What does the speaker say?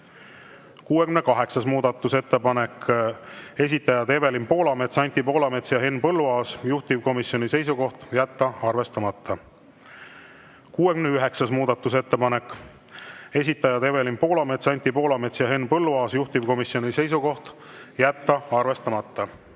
68. muudatusettepanek, esitajad Evelin Poolamets, Anti Poolamets ja Henn Põlluaas. Juhtivkomisjoni seisukoht: jätta arvestamata. 69. muudatusettepanek, esitajad Evelin Poolamets, Anti Poolamets ja Henn Põlluaas. Juhtivkomisjoni seisukoht: jätta arvestamata.